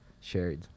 shared